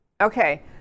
okay